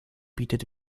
bietet